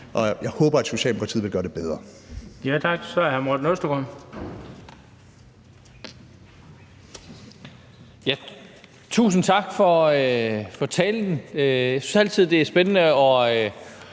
Jeg håber, at Socialdemokratiet vil gøre det bedre.